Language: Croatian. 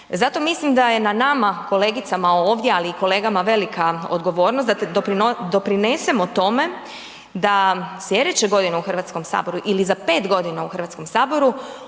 Zato mislim da je na nama kolegicama ovdje, ali i kolegama velika odgovornost da doprinesemo tome da slijedeće godine u Hrvatskom saboru ili za 5 godina u Hrvatskom saboru